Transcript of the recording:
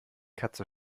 katze